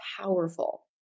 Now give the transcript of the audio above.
powerful